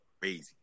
Crazy